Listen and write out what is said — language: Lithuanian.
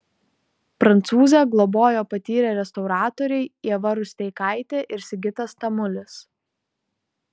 prancūzę globojo patyrę restauratoriai ieva rusteikaitė ir sigitas tamulis